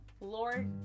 Lord